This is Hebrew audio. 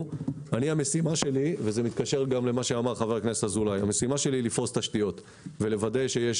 המשימה שלי היא לפרוס תשתיות ולוודא שיש